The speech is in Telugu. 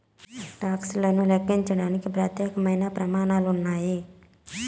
టాక్స్ లను లెక్కించడానికి ప్రత్యేకమైన ప్రమాణాలు ఉన్నాయి